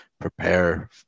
prepare